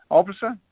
officer